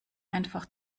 einfach